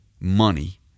money